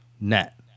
net